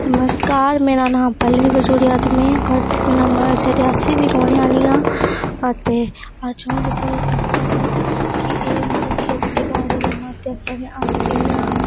नमस्कार मेरा नां पलव्वी खजूरिया ऐ में इत्थै रियास दी रौह्ने आहली आं ते अज अंऊ तुसें गी सनान्नी आं कि एह् मतलब खेतीबाड़ी दे मुद्दे उप्पर